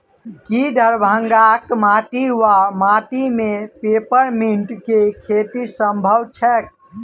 की दरभंगाक माटि वा माटि मे पेपर मिंट केँ खेती सम्भव छैक?